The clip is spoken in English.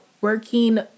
working